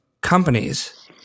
companies